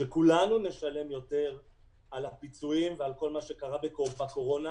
שכולנו נשלם יותר על הפיצויים ועל כל מה שקרה בקורונה,